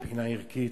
מבחינה ערכית.